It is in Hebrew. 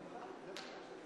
היום על שולחן